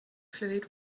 fluid